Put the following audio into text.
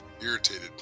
irritated